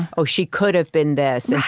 oh, she could've been this,